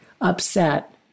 upset